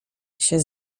się